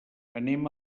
anem